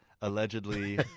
Allegedly